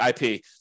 IP